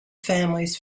families